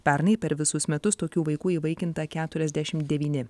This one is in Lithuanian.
pernai per visus metus tokių vaikų įvaikinta keturiasdešim devyni